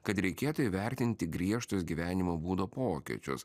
kad reikėtų įvertinti griežtus gyvenimo būdo pokyčius